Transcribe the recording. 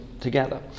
together